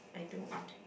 I don't